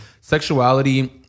sexuality